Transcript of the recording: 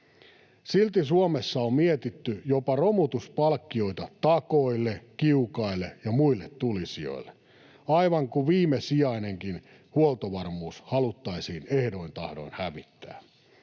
Silti Suomessa on mietitty jopa romutuspalkkioita takoille, kiukaille ja muille tulisijoille, aivan kuin viimesijainenkin huoltovarmuus haluttaisiin ehdoin tahdoin hävittää.